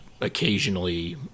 occasionally